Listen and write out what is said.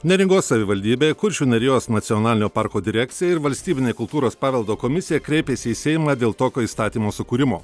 neringos savivaldybė kuršių nerijos nacionalinio parko direkcija ir valstybinė kultūros paveldo komisija kreipėsi į seimą dėl tokio įstatymo sukūrimo